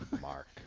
Mark